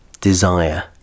desire